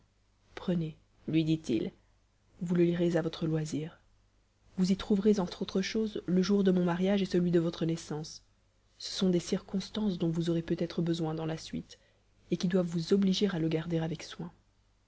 prenez lui dit-il vous le lirez à votre loisir vous y trouverez entre autres choses le jour de mon mariage et celui de votre naissance ce sont des circonstances dont vous aurez peut-être besoin dans la suite et qui doivent vous obliger à le garder avec soin